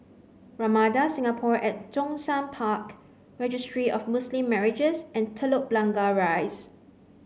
Ramada Singapore at Zhongshan Park Registry of Muslim Marriages and Telok Blangah Rise